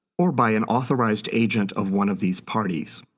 or by an authorized agent of one of these parties.